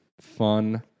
fun